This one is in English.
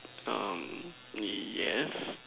um yes